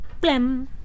Blem